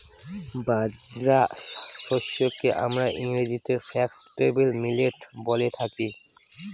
বাজরা শস্যকে আমরা ইংরেজিতে ফক্সটেল মিলেট বলে থাকি